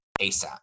ASAP